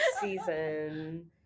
season